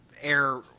air